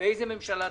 ואיזו ממשלה תחליט,